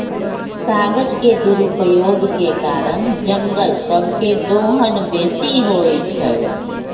कागज के दुरुपयोग के कारण जङगल सभ के दोहन बेशी होइ छइ